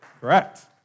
Correct